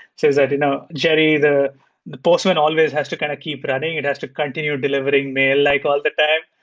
says that, you know jerry, the the postman always has to kind of keep running. it has to continue delivering mail like all the time.